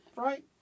Right